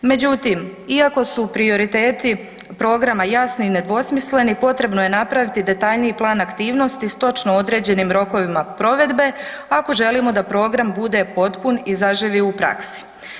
Međutim, iako su prioriteti programa jasni i nedvosmisleni, potrebno je napraviti detaljniji plan aktivnosti s točno određenim rokovima provedbe, ako želimo da program bude potpun i zaživi u praksi.